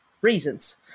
reasons